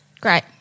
Great